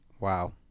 Wow